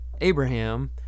Abraham